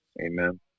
Amen